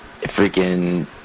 freaking